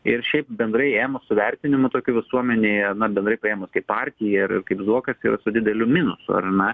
ir šiaip bendrai ėmus su vertinimu tokiu visuomenėje na bendrai paėmus kaip partiją ir kaip zuokas yra su dideliu minusu ar ne